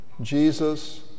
Jesus